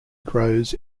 grows